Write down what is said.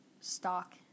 stock